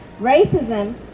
Racism